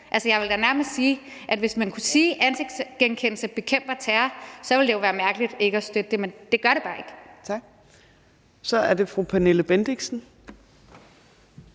hvis man kunne sige, at ansigtsgenkendelse bekæmper terror, ville det være mærkeligt ikke at støtte det, men det gør det bare ikke. Kl. 18:15 Fjerde